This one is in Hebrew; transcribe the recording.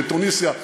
או בתוניסיה,